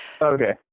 Okay